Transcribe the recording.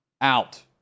out